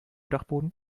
dachboden